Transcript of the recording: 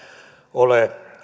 ole